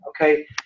okay